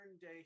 day